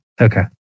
Okay